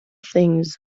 things